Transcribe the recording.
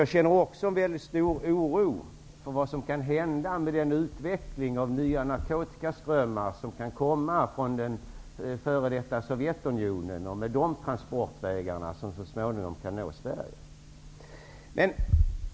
Jag känner också en väldigt stor oro över vad som kan hända med tanke på den utveckling av nya narkotikaströmmar som kan komma från f.d. Sovjetunionen, med dess transportvägar som så småningom kan nå Sverige.